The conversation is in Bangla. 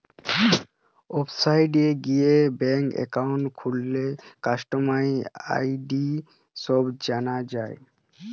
ওয়েবসাইটে গিয়ে ব্যাঙ্ক একাউন্ট খুললে কাস্টমার আই.ডি সব জানা যায়